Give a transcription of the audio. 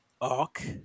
ARC